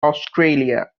australia